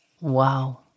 wow